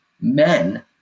men